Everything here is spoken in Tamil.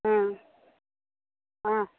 ம் ஆ